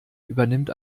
übernimmt